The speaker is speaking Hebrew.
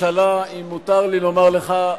אם מותר לי לומר לך,